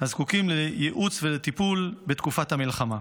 הזקוקים לייעוץ וטיפול בתקופת המלחמה.